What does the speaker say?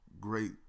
great